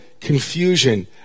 confusion